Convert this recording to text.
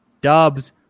Dubs